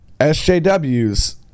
SJWs